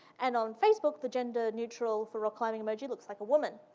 and on facebook, the gender neutral for rock climbing emoji looks like a woman.